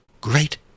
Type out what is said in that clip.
great